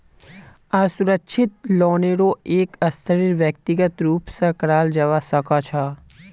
असुरक्षित लोनेरो एक स्तरेर व्यक्तिगत रूप स कराल जबा सखा छ